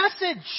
message